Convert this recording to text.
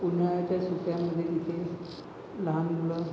उन्हाळ्याच्या सुट्यांमधे तिथे लहान मुलं